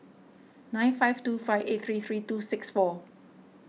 nine five two five eight three three two six four